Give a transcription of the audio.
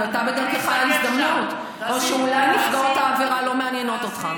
נקרתה בדרכך הזדמנות או שאולי נפגעות העבירה לא מעניינות אותך.